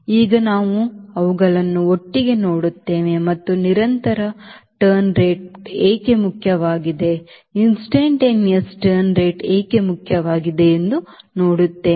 ಈಗ ನಾವು ಅವುಗಳನ್ನು ಒಟ್ಟಿಗೆ ನೋಡುತ್ತೇವೆ ಮತ್ತು ನಿರಂತರ turn rate ಏಕೆ ಮುಖ್ಯವಾಗಿದೆ instantaneous turn rate ಏಕೆ ಮುಖ್ಯವಾಗಿದೆ ಎಂದು ನೋಡುತ್ತೇವೆ